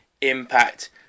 Impact